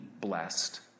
blessed